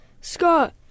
Scott